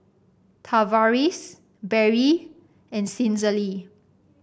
Tavaris Berry and Cicely